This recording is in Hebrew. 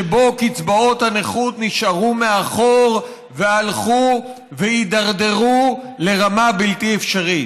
שבו קצבאות הנכות נשארו מאחור והלכו והידרדרו לרמה בלתי אפשרית.